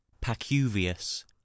pacuvius